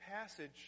passage